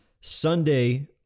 Sunday